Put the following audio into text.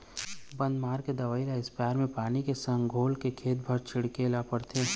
बन मारे के दवई ल इस्पेयर म पानी के संग म घोलके खेत भर छिंचे ल परथे